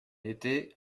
été